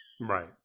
Right